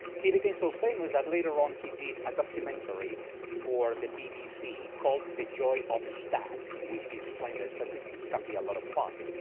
he became so famous that later on he did a documentary for the bbc, called the joy of stats, in which he explained the statistics can be a lot of fun,